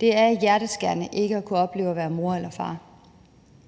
Det er hjerteskærende ikke at kunne opleve at være mor eller far.